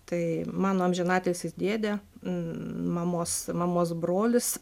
tai mano amžinatilsį dėdė mamos mamos brolis